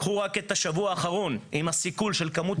קחו רק את השבוע האחרון עם הסיכול של כמות